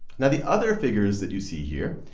now, the other figures that you see here,